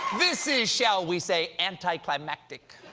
this is, shall we say, anti-climactic.